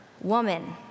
Woman